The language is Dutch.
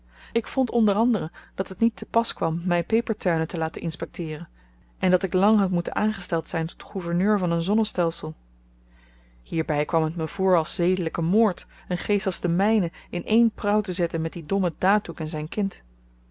ik vond onder anderen dat het niet te pas kwam my pepertuinen te laten inspekteeren en dat ik lang had moeten aangesteld zyn tot gouverneur van een zonnestelsel hierby kwam het me voor als zedelyke moord een geest als den mynen in één prauw te zetten met dien dommen datoe en zyn kind